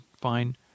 Fine